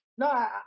No